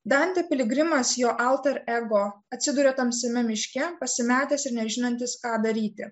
dantė piligrimas jo alter ego atsiduria tamsiame miške pasimetęs ir nežinantis ką daryti